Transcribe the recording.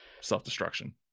self-destruction